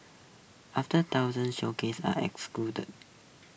aftet thousand showcase are